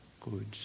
good